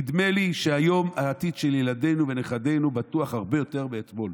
נדמה לי שהיום העתיד של ילדינו ונכדינו בטוח הרבה יותר מאתמול,